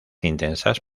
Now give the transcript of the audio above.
intensas